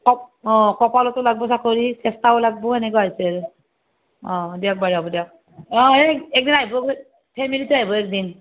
অঁ কপালতো লাগিব চাকৰি চেষ্টাও লাগিব এনেকুৱা হৈছে অঁ দিয়ক বাৰু হ'ব দিয়ক অঁ এক দিন আহিব ফেমিলিতে আহিব এক দিন